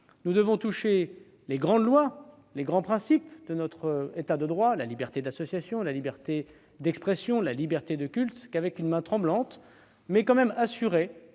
nous ne devons toucher les grandes lois et les grands principes de notre État de droit- la liberté d'association, la liberté d'expression, la liberté de culte -qu'avec une main tremblante, mais tout de même assurée,